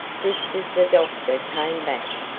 just as the doctor came back,